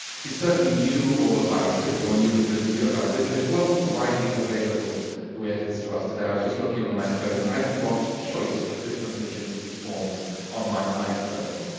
he certainly knew all about it on you a good deal about it but it wasn't widely available the way it is to us today. i was just looking on my phone i can watch choice of different nijinsky forms on my iphone,